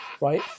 right